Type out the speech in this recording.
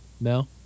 no